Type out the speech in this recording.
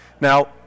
Now